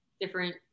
different